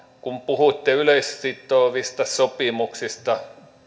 kun puhuitte yleissitovista sopimuksista